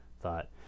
thought